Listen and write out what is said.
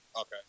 Okay